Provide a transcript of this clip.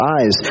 eyes